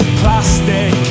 Plastic